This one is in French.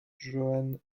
joan